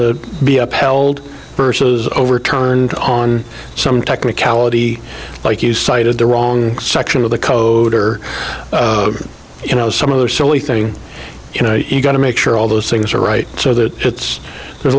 to be upheld versus overturned on some technicality like you cited the wrong section of the code or you know some other silly thing you know you've got to make sure all those things are right so that there's